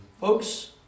Folks